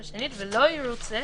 שנית: -- "ולא ירוצה,